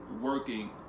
working